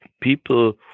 people